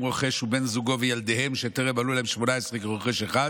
רוכש ובן זוגו וילדיהם שטרם מלאו להם 18 כרוכש אחד